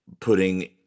putting